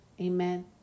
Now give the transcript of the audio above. Amen